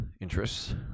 interests